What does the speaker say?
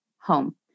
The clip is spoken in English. home